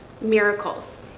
miracles